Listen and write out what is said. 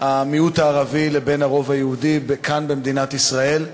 המיעוט הערבי לבין הרוב היהודי כאן במדינת ישראל.